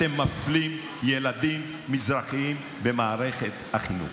אתם מפלים ילדים מזרחים במערכת החינוך.